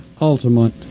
ultimate